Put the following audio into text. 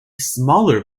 smaller